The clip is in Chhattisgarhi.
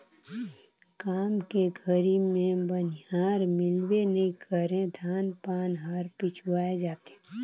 काम के घरी मे बनिहार मिलबे नइ करे धान पान हर पिछवाय जाथे